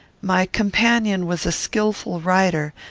my companion was a skilful rider,